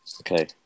Okay